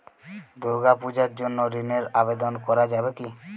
দুর্গাপূজার জন্য ঋণের আবেদন করা যাবে কি?